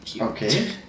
Okay